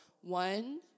One